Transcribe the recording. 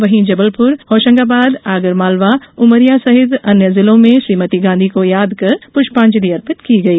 वहीं जबलपुर होशंगाबाद आगरमालवा उमरिया सहित अन्य जिलों में श्रीमती गांधी को यादकर पुष्पांजलि अर्पित की गई